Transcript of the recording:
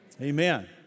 Amen